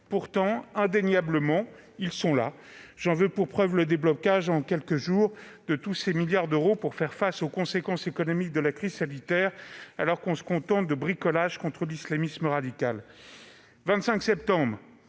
Pourtant, indéniablement, les moyens sont là ; j'en veux pour preuve le déblocage, en quelques jours, de tous ces milliards d'euros pour faire face aux conséquences économiques de la crise sanitaire, alors qu'on se contente de bricolage contre l'islamisme radical.